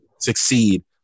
succeed